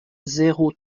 zéro